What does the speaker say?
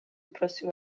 უფროსი